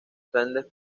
sendas